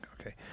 okay